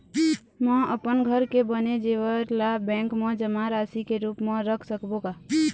म अपन घर के बने जेवर ला बैंक म जमा राशि के रूप म रख सकबो का?